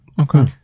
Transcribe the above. Okay